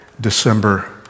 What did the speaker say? December